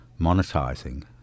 monetizing